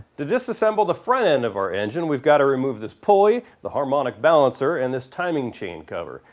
to dissassemble the front end of our engine, we've got to remove this pulley the harmonic balancer and this timing chain cover.